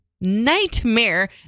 Nightmare